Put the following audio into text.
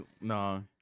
No